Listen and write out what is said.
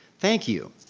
thank you.